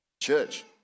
Church